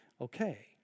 okay